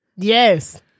yes